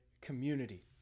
community